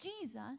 Jesus